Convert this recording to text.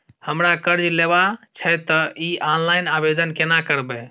हमरा कर्ज लेबा छै त इ ऑनलाइन आवेदन केना करबै?